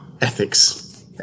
ethics